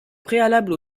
préalable